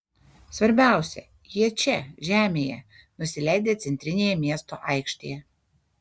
svarbiausia jie čia žemėje nusileidę centrinėje miesto aikštėje